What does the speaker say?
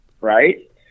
right